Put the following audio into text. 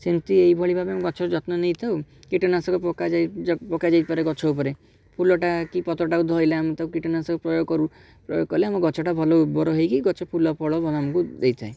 ସେମିତି ଏହିଭଳି ଭାବେ ଆମେ ଗଛର ଯତ୍ନ ନେଇଥାଉ କୀଟନାଶକ ପକାଯାଇପାରେ ଗଛ ଉପରେ ଫୁଲଟା କି ପତ୍ରଟା ଧରିଲା ଆମେ ତାକୁ କୀଟନାଶକ ପ୍ରୟୋଗ କରୁ ପ୍ରୟୋଗ କଲେ ଆମ ଗଛଟା ଭଲ ଉର୍ବର ହେଇକି ଗଛ ଫୁଲ ଫଳ ଆମକୁ ଦେଇଥାଏ